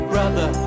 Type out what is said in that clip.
Brother